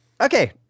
okay